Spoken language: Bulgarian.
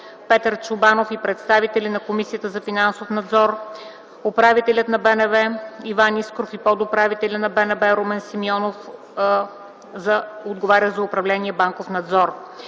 Петър Чобанов и представители на Комисията за финансов надзор, управителя на БНБ Иван Искров и подуправителя на БНБ Румен Симеонов, отговарящ за